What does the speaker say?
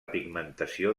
pigmentació